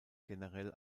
generell